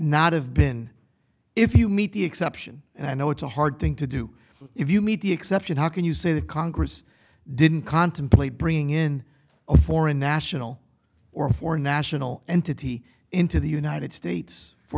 not have been if you meet the exception and i know it's a hard thing to do but if you meet the exception how can you say that congress didn't contemplate bringing in a foreign national or for national entity into the united states